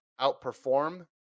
outperform